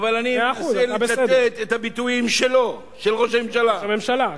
אבל אני מצטט את הביטויים של ראש הממשלה,